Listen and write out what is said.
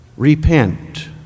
Repent